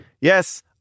Yes